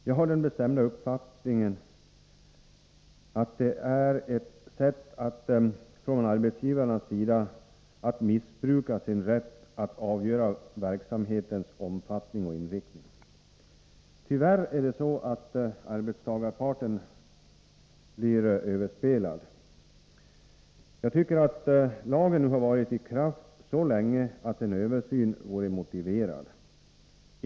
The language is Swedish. Jag har den bestämda uppfattningen att det är ett sätt för arbetsgivarna att missbruka sin rätt att avgöra verksamhetens omfattning och inriktning. Tyvärr blir arbetstagarparten överspelad. Lagen har varit i kraft så länge att en översyn nu vore motiverad.